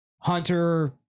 Hunter